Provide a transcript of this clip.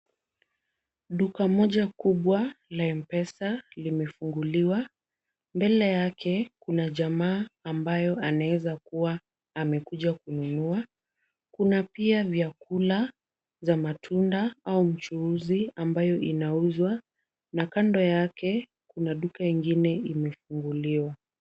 Duka moja kubwa la M-pesa limefunguliwa, mbele yake kuna jamaa ambaye anaweza kuwa amekuja kununua, kuna pia vyakula vya matunda na pia uchuuzi ambayo inauzwa, na kando yake kuna duka ingine imefunguliwa.